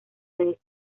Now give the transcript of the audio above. redes